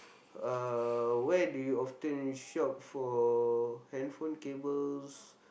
uh where do you often shop for handphone cables